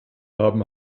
haben